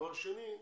דבר שני,